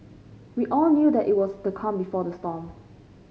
we all knew that it was the calm before the storm